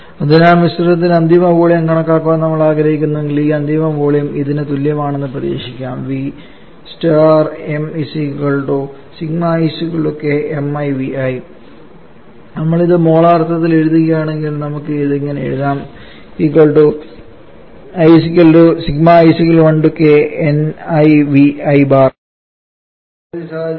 അതിനാൽ മിശ്രിതത്തിന്റെ അന്തിമ വോളിയം കണക്കാക്കാൻ നമ്മൾആഗ്രഹിക്കുന്നുവെങ്കിൽ ഈ അന്തിമ വോളിയം ഇതിന് തുല്യമാകുമെന്ന് പ്രതീക്ഷിക്കാം നമ്മൾഇത് മോളാർ അർത്ഥത്തിൽ എഴുതുകയാണെങ്കിൽ നമുക്ക് ഇത് ഇങ്ങനെ എഴുതാം എന്നാൽ പ്രായോഗികമായി ഇത് വളരെ സാധാരണമായ നിരവധി സാഹചര്യങ്ങളിൽ സംഭവിക്കുന്നില്ല